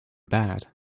bad